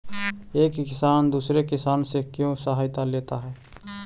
एक किसान दूसरे किसान से क्यों सहायता लेता है?